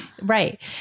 Right